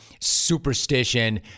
superstition